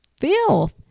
filth